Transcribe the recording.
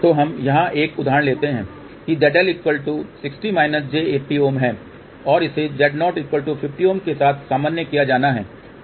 तो हम यहां ऐक उदाहरण लेते है कि ZL 60 j80 Ω है और इसे Z0 50 Ω के साथ सामान्य किया जाना है